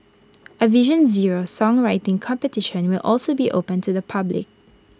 A vision zero songwriting competition will also be open to the public